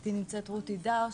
איתי נמצאת רותי דר,